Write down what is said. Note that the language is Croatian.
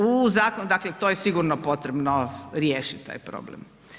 U zakonu, dakle, to je sigurno potrebno riješiti taj problem.